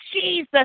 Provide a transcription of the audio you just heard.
Jesus